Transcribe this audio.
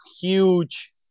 huge